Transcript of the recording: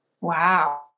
Wow